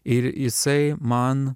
ir jisai man